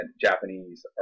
Japanese